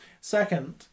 Second